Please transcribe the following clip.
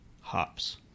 hops